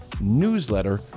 newsletter